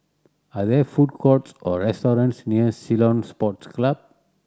are there food courts or restaurants near Ceylon Sports Club